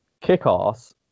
kick-ass